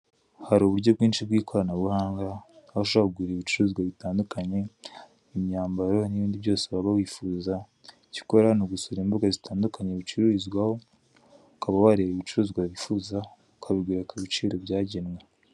Hari uburyo bwinshi bw'ikoranabuhanga aho ushobora kugura ibicuruzwa bitandukanye imyambaro n'ibindi byose waba wifuza. Icyo ukora ni ugusura imbuga zitandukanye bicururizwaho ukaba wareba ibicuruzwa wifuza ukabigura ku biciro byagenwe.